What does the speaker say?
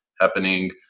happening